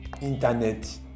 internet